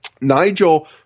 Nigel